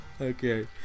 Okay